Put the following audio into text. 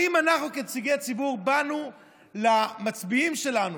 האם אנחנו כנציגי ציבור באנו למצביעים שלנו,